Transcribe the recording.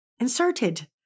inserted